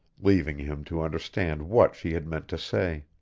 leaving him to understand what she had meant to say.